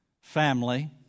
family